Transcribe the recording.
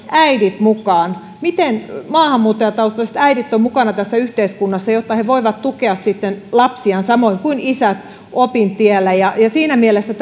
äidit mukaan miten maahanmuuttajataustaiset äidit ovat mukana tässä yhteiskunnassa jotta he voivat sitten tukea lapsiaan samoin kuin isät opin tiellä siinä mielessä